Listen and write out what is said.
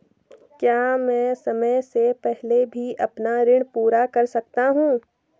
क्या मैं समय से पहले भी अपना ऋण पूरा कर सकता हूँ?